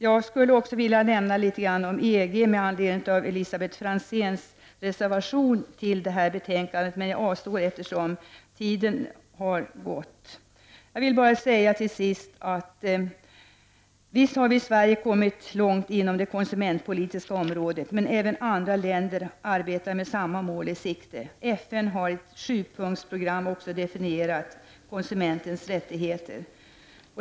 Jag skulle också, med anledning av Elisabet Franzéns reservation till detta betänkande, vilja nämna litet om EG. Jag avstår dock från det, eftersom tiden är knapp. Visst har vi kommit långt i Sverige inom det konsumentpolitiska området, men även andra länder arbetar med samma mål i sikte. FN har också i ett sjupunktsprogram definierat målen för konsumentens rättigheter.